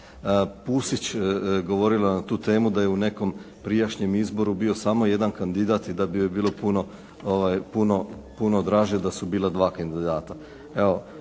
Pusić govorila na tu temu da je u nekom prijašnjem izboru bio samo jedan kandidat i da bi joj bilo puno, puno draže da su bila dva kandidata.